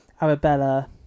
Arabella